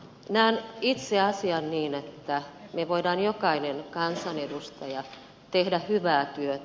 näen itse asian niin että me voimme jokainen kansanedustaja tehdä hyvää työtä